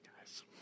guys